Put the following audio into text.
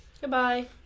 Goodbye